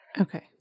Okay